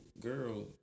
girl